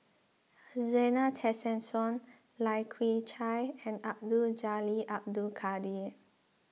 Zena Tessensohn Lai Kew Chai and Abdul Jalil Abdul Kadir